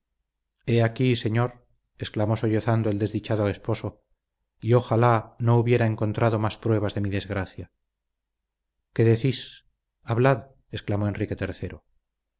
aquí señor exclamó sollozando el desdichado esposo y ojalá no hubiera encontrado más pruebas de mi desgracia qué decís hablad exclamó enrique